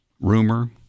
rumor